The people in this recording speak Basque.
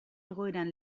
egoeran